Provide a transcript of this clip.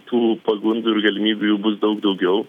tų pagundų ir galimybių jų bus daug daugiau